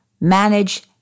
manage